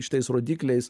šitais rodikliais